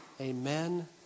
Amen